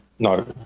No